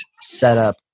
setup